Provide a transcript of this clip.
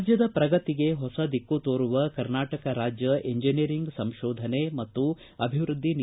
ರಾಜ್ಯದ ಪ್ರಗತಿಗೆ ಹೊಸ ದಿಕ್ಕು ತೋರುವ ಕರ್ನಾಟಕ ರಾಜ್ಯ ಎಂಜಿನಿಯರಿಂಗ್ ಸಂಶೋಧನೆ ಮತ್ತು ಅಭಿವೃದ್ಧಿ ಇ